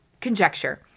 Conjecture